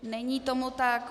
Není tomu tak.